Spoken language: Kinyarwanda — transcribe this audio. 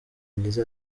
myiza